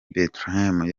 bethlehem